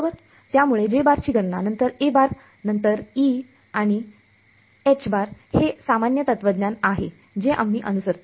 त्यामुळे ची गणना नंतर नंतर आणि हे सामान्य तत्वज्ञान आहे जे आम्ही अनुसरतो